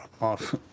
off